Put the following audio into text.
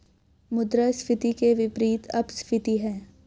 मुद्रास्फीति के विपरीत अपस्फीति है